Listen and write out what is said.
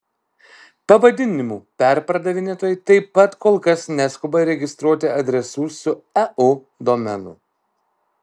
pavadinimų perpardavinėtojai taip pat kol kas neskuba registruoti adresų su eu domenu